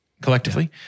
collectively